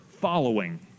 following